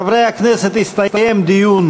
חברי הכנסת, הסתיים דיון